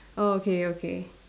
orh okay okay